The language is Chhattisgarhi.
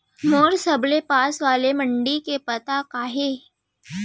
मोर सबले पास वाले मण्डी के पता का हे?